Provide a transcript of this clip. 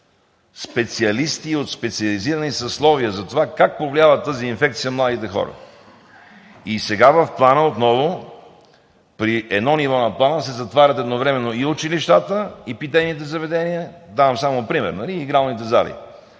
специалисти и от специализирани съсловия за това как повлиява тази инфекция на младите хора. И сега в плана отново при едно ниво на плана се затварят едновременно и училищата, и питейните заведения, давам само пример, и игралните зали.